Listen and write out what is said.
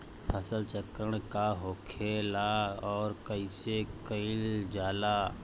फसल चक्रण का होखेला और कईसे कईल जाला?